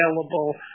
available